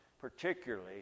particularly